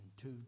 two